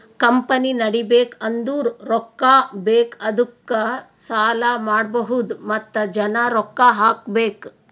company ನಡಿಬೇಕ್ ಅಂದುರ್ ರೊಕ್ಕಾ ಬೇಕ್ ಅದ್ದುಕ ಸಾಲ ಮಾಡ್ಬಹುದ್ ಮತ್ತ ಜನ ರೊಕ್ಕಾ ಹಾಕಬೇಕ್